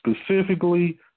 specifically